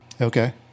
Okay